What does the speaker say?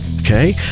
Okay